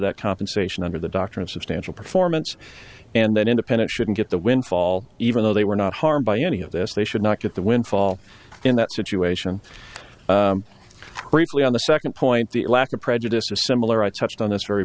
that compensation under the doctrine substantial performance and then independent shouldn't get the windfall even though they were not harmed by any of this they should not get the windfall in that situation greatly on the second point the lack of prejudice a similar i touched on this very